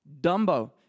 Dumbo